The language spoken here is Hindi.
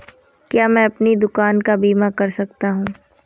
क्या मैं अपनी दुकान का बीमा कर सकता हूँ?